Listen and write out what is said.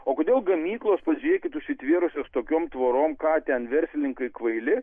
o kodėl gamyklos pažiūrėkit užsitvėrusios tokiom tvorom ką ten verslininkai kvaili